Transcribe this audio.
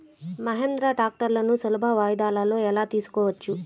మహీంద్రా ట్రాక్టర్లను సులభ వాయిదాలలో ఎలా తీసుకోవచ్చు?